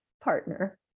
partner